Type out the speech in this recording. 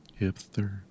Hipster